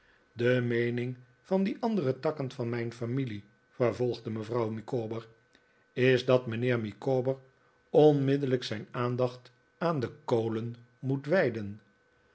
de meening van die andere takken van mijn familie vervolgde mevrouw micawber is dat mijnheer micawber onmiddellijk zijn aandacht aan de kolen moet wijden